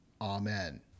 Amen